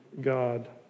God